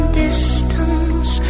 distance